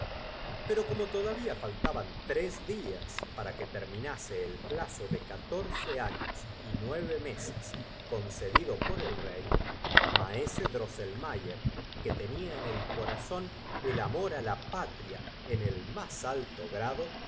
l'oro como todavía faltab m tes días paa que terminasll el plazo de catooce aiios y nueve mtlses concedido por el hoy maese drosselmayer quo tenia en el corazón el amor á la patria en el más alto grado